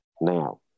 now